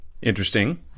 Interesting